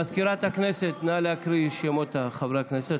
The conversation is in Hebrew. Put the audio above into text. מזכירת הכנסת, נא להקריא את שמות חברי הכנסת.